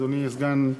אדוני סגן,